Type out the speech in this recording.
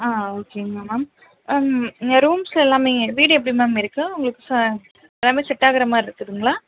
ஆ ஓகேங்க மேம் இங்கே ரூம்ஸ் எல்லாமே வீடு எப்படி மேம் இருக்குது உங்களுக்கு ச எல்லாமே செட் ஆகிற மாதிரி இருக்குதுங்களா